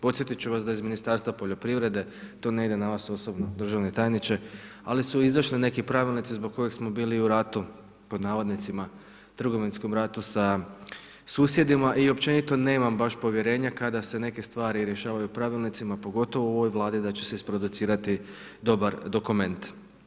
Podsjetit ću vas da iz Ministarstva poljoprivrede, to ne ide na vas osobno državni tajniče, ali su izašli neki pravilnici zbog kojih smo bili u „ratu“, trgovinskom ratu sa susjedima i općenito nemam baš povjerenja kada se neke stvari rješavaju pravilnicima pogotovo u ovoj Vladi da će se isproducirati dobar dokument.